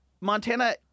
Montana